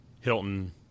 Hilton